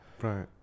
Right